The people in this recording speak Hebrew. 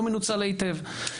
לא מנוצל היטב.